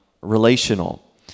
relational